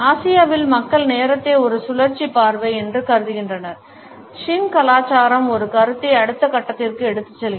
ஆசியாவில் மக்கள் நேரத்தை ஒரு சுழற்சி பார்வை என்று கருதுகின்றனர் ஷின் கலாச்சாரம் ஒரு கருத்தை அடுத்த கட்டத்திற்கு எடுத்துச் செல்கிறது